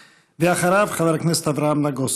ואחריו, חבר הכנסת אברהם נגוסה.